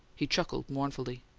he chuckled mournfully.